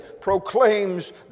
proclaims